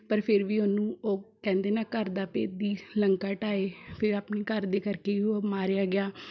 ਪਰ ਫਿਰ ਵੀ ਉਹਨੂੰ ਉਹ ਕਹਿੰਦੇ ਨਾ ਘਰ ਦਾ ਭੇਤੀ ਲੰਕਾ ਢਾਹੇ ਫਿਰ ਆਪਣੇ ਘਰ ਦੇ ਕਰਕੇ ਹੀ ਉਹ ਮਾਰਿਆ ਗਿਆ